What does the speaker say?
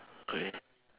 okay